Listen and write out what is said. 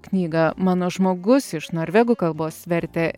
knygą mano žmogus iš norvegų kalbos vertė